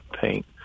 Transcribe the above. paint